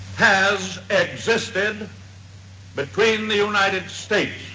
has existed between the united states